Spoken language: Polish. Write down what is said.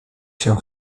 się